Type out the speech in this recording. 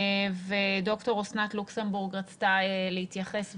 דוקטור אסנת לוקסנבורג רצתה להתייחס ולהגיב,